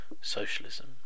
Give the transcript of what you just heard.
socialism